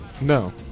No